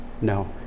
no